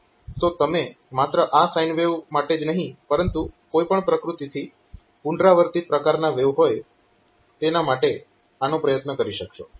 તો તમે માત્ર આ સાઈન વેવ માટે જ નહીં પરંતુ કોઈ પણ પ્રકૃતિથી પુનરાવર્તિત પ્રકારના વેવ હોય તેના માટે આનો પ્રયત્ન કરી શકશો